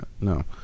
no